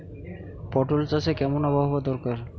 পটল চাষে কেমন আবহাওয়া দরকার?